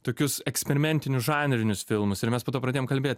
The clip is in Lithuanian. tokius eksperimentinius žanrinius filmus ir mes pradėjom kalbėt